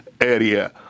area